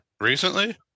Recently